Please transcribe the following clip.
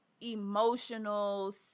emotional